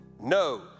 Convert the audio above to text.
No